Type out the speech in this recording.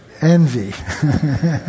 envy